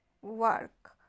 work